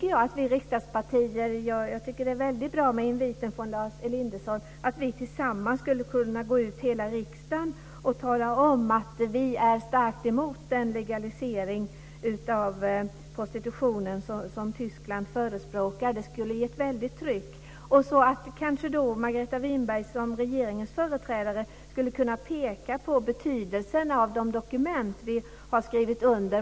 Jag tycker det är väldigt bra med inviten från Lars Elinderson att vi tillsammans, hela riksdagen, skulle kunna gå ut och tala om att vi är starkt emot den legalisering av prostitutionen som Tyskland förespråkar. Det skulle ge ett väldigt tryck. Kanske Margareta Winberg som regeringens företrädare då skulle kunna peka på betydelsen av de dokument som vi har skrivit under.